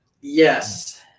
Yes